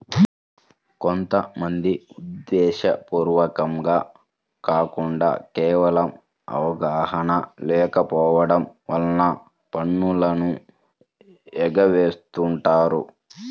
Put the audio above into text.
కొంత మంది ఉద్దేశ్యపూర్వకంగా కాకుండా కేవలం అవగాహన లేకపోవడం వలన పన్నులను ఎగవేస్తుంటారు